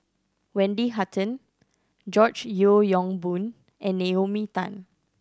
Wendy Hutton George Yeo Yong Boon and Naomi Tan